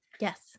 Yes